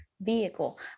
vehicle